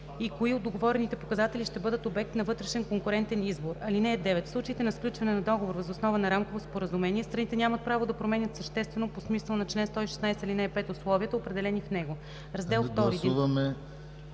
и кои от договорените показатели ще бъдат обект на вътрешен конкурентен избор. (9) В случаите на сключване на договор въз основа на рамково споразумение страните нямат право да променят съществено по смисъла на чл. 116, ал. 5, условията, определени в него.”